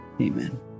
Amen